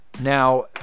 Now